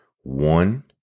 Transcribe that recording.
one